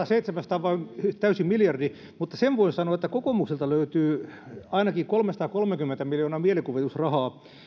seitsemänsataa vai täysi miljardi mutta sen voin sanoa että kokoomukselta löytyy ainakin kolmesataakolmekymmentä miljoonaa mielikuvitusrahaa